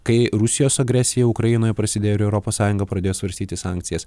kai rusijos agresija ukrainoje prasidėjo ir europos sąjunga pradėjo svarstyti sankcijas